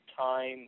time